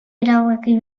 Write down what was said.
erabaki